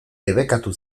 debekatu